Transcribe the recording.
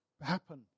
happen